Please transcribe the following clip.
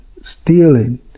stealing